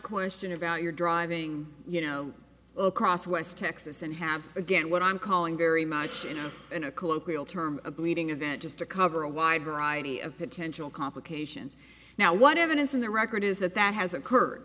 question about your driving you know across west texas and have again what i'm calling very much in a in a colloquial term a bleeding event just to cover a wide variety of potential complications now what evidence in the record is that that has occurred